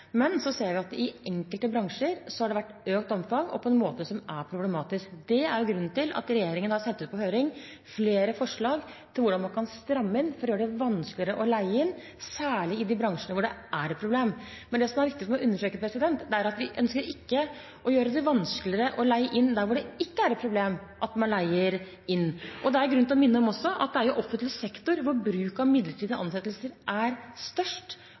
Men så ser vi at i enkelte bransjer har det vært økt omfang, og på en måte som er problematisk. Det er grunnen til at regjeringen har sendt ut på høring flere forslag til hvordan man kan stramme inn for å gjøre det vanskeligere å leie inn, særlig i de bransjene hvor det er et problem. Men det som er viktig for meg å understreke, er at vi ikke ønsker å gjøre det vanskeligere å leie inn der hvor det ikke er et problem at man leier inn. Da er det grunn til å minne om at det er i offentlig sektor bruk av midlertidige ansettelser er størst,